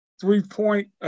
three-point